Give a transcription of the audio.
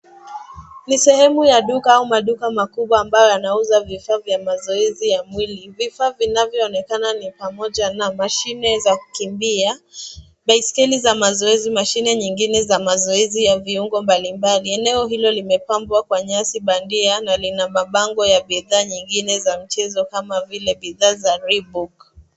Ni sehemu ya duka au maduka makubwa ambayo yanauza vifaa vya mazoezi ya mwili. Vifaa vinavyoonekana ni pamoja na mashine za kukimbia, baisikeli za mazoezi, mashine nyingine za mazoezi ya viungo mbalimbali. Eneo hilo limepambwa kwa nyasi bandia na lina mabango ya bidhaa nyingine za mchezo kama vile bidhaa za rebook .